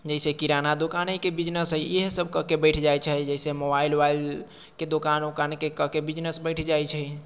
जइसे किराना दोकानेके बिजनेस हइ इएहसब कऽ कऽ बैठि जाइ छै जइसे मोबाइल वोबाइलके दोकान वोकानके कऽ कऽ बिजनेस बैठि जाइ छै